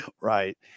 right